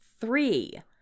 three